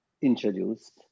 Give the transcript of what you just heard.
introduced